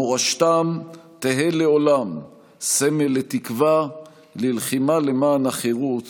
מורשתם תהא לעולם סמל לתקווה, ללחימה למען החירות